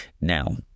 now